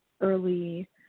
early